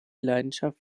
leidenschaft